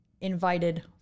invited